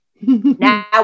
Now